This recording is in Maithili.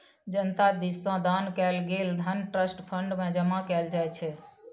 जनता दिस सँ दान कएल गेल धन ट्रस्ट फंड मे जमा कएल जाइ छै